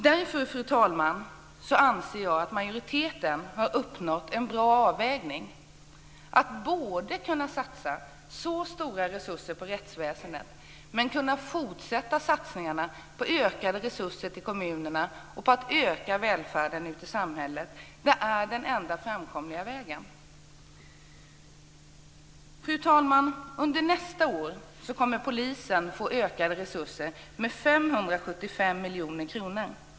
Därför, fru talman, anser jag att majoriteten har uppnått en bra avvägning. Det handlar om att kunna satsa så stora resurser på rättsväsendet och att kunna fortsätta satsningarna på ökade resurser till kommunerna och på att öka välfärden ute i samhället. Det är den enda framkomliga vägen. Fru talman! Under nästa år kommer polisen att få ökade resurser med 575 miljoner kronor.